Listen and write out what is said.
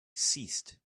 ceased